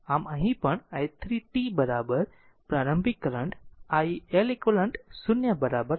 આમ અહીં પણ i3 t પ્રારંભિક કરંટ iLeq 0 12 એમ્પીયર